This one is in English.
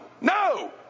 no